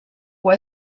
può